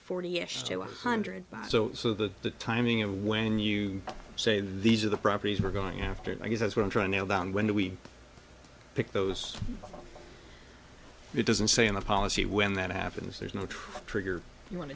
one hundred so so the timing of when you say these are the properties we're going after i guess that's what i'm trying to go down when we pick those up it doesn't say in the policy when that happens there's no trigger you want